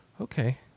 Okay